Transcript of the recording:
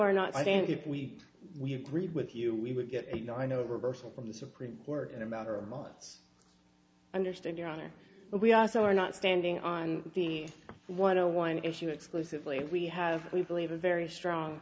are not i think if we we agreed with you we would get you know i know reversal from the supreme court in a matter of months i understand your honor but we also are not standing on the one on one issue exclusively we have we believe a very strong